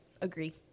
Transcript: Agree